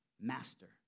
master